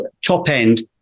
top-end